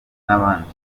n’ahandi